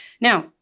Now